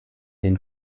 den